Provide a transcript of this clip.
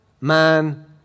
man